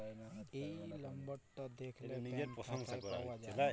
এই লম্বরটা দ্যাখলে ব্যাংক ক্যথায় পাউয়া যায়